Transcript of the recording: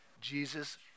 Jesus